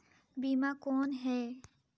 बीमा कौन है?